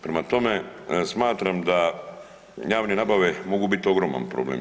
Prema tome, smatra da javne nabave mogu biti ogroman problem.